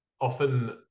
often